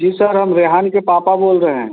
जी sir हम रेहान के पापा बोल रहे हैं